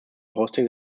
hosting